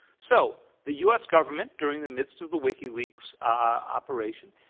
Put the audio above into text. so the u. s. government, during the midst of the wikileaks operation,